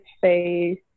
face